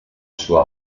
sua